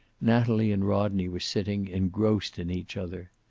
natalie and rodney were sitting, engrossed in each other.